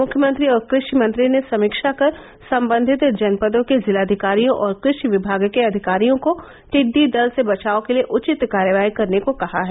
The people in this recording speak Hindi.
मुख्यमंत्री और कृषि मंत्री ने समीक्षा कर सम्बंधित जनपदों के जिलाधिकारियों और कृषि विभाग के अधिकारियों को टिडडी दल से बचाव के लिए उचित कार्रवाई करने को कहा है